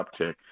uptick